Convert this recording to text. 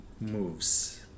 moves